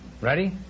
Ready